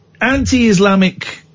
anti-Islamic